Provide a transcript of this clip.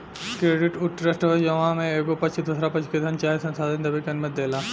credit उ trust हवे जवना में एगो पक्ष दोसरा पक्ष के धन चाहे संसाधन देबे के अनुमति देला